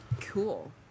Cool